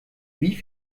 wie